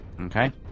Okay